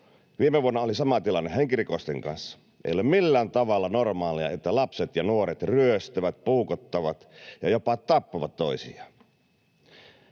Viime vuonna oli sama tilanne henkirikosten kanssa. Ei ole millään tavalla normaalia, että lapset ja nuoret ryöstävät, puukottavat ja jopa tappavat toisiaan.